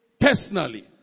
personally